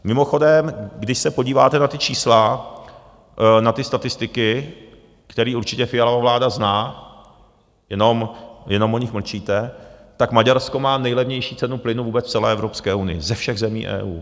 Mimochodem, když se podíváte na ta čísla, na ty statistiky, které určitě Fialova vláda zná, jenom o nich mlčíte, tak Maďarsko má nejlevnější cenu plynu vůbec v celé Evropské unii ze všech zemí EU.